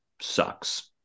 sucks